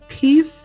Peace